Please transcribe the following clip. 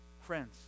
Friends